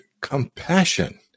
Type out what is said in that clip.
compassion